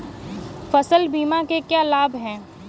फसल बीमा के क्या लाभ हैं?